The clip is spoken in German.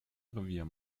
revier